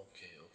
okay okay